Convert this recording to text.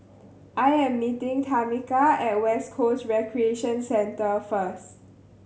I am meeting Tamika at West Coast Recreation Centre first